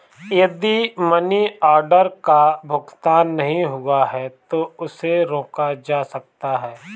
यदि money order का भुगतान नहीं हुआ है तो उसे रोका जा सकता है